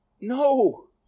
No